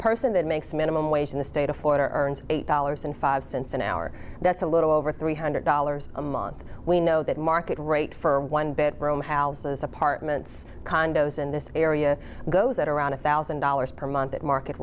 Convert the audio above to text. person that makes minimum wage in the state of florida earns eight dollars and five cents an hour that's a little over three hundred dollars a month we know that market rate for one bedroom houses apartments condos in this area goes at around one thousand dollars per month that market